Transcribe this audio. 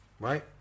Right